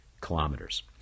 kilometers